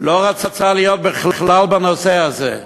לא רצה להיות בכלל בנושא הזה,